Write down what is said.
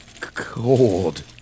Cold